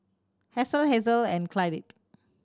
Hasel Hazle and Clydie